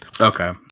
Okay